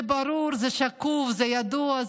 זה ברור, זה שקוף, זה ידוע.